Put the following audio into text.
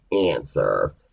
answer